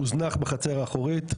הוזנח בחצר האחורית,